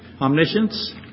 omniscience